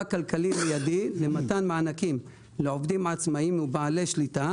כלכלי מיידי למתן מענקים לעובדים עצמאים ולבעלי שליטה